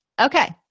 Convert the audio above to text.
Okay